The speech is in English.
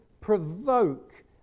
provoke